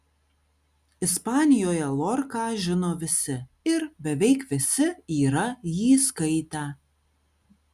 ispanijoje lorką žino visi ir beveik visi yra jį skaitę